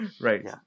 Right